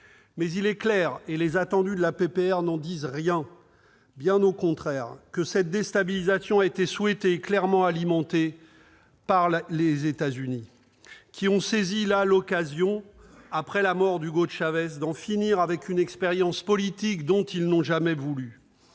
Mais il est clair, et les attendus de la proposition de résolution n'en disent rien, bien au contraire, que cette déstabilisation a été souhaitée et clairement alimentée par les États-Unis, qui ont saisi là l'occasion, après la mort d'Hugo Chávez, d'en finir avec une expérience politique dont ils n'ont jamais voulu.